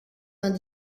vingt